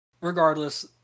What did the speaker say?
Regardless